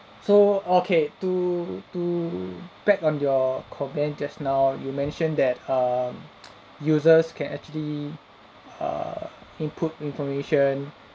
so okay to to back on your comment just now you mentioned that um users can actually err input information